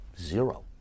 Zero